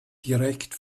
direkt